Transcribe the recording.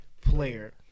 player